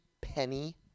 penny